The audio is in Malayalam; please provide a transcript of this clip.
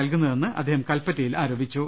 നൽകുന്നതെന്നും അദ്ദേഹം കൽപ്പറ്റയിൽ ആരോപിച്ചു